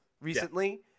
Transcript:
recently